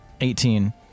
Eighteen